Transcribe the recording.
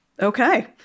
Okay